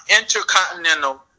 Intercontinental